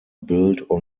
built